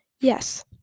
Yes